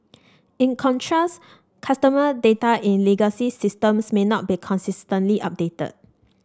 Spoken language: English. in contrast customer data in legacy systems may not be consistently updated